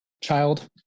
child